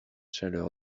chaleur